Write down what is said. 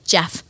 Jeff